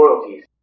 royalties